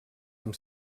amb